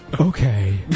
Okay